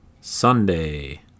Sunday